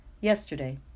Yesterday